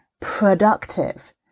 productive